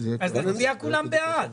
אז נצביע כולם בעד.